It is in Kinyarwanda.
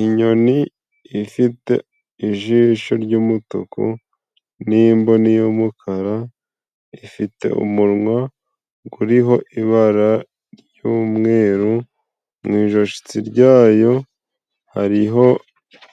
inyoni ifite ijisho ry'umutuku n'imboni y yumukara, ifite umunwa guriho ibara ry'umweru mu ijosi ryayo hariho